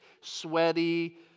sweaty